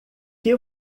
que